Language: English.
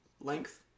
length